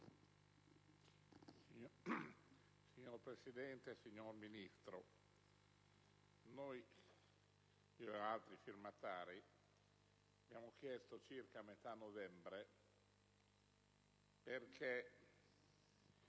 Signor Presidente, signor Ministro, io e altri firmatari abbiamo chiesto circa a metà novembre perché